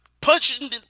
punching